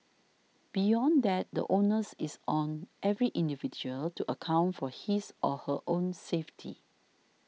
beyond that the onus is on every individual to account for his or her own safety